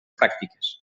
pràctiques